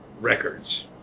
records